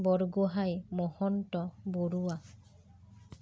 Borgohain Mahanta Barua